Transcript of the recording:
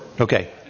Okay